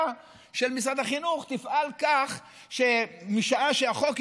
של משרד החינוך תפעל כך שמשעה שהחוק ייושם,